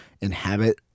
inhabit